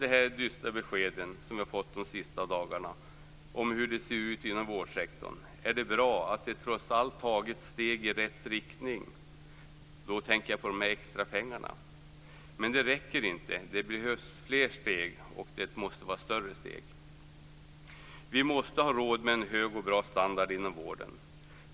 Trots de dystra besked som vi har fått de senaste dagarna om hur det ser ut inom vårdsektorn är det bra att det trots allt har tagits steg i rätt riktning. Då tänker jag på de här extra pengarna. Men det räcker inte. Det behövs flera steg, och det måste vara större steg. Vi måste ha råd med en hög och bra standard inom vården.